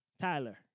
Tyler